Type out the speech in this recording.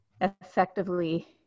effectively